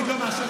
להגיד: לא מאשר,